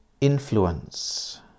Influence